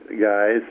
guys